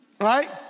right